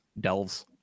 Delves